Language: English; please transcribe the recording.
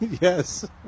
Yes